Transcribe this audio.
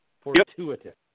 fortuitous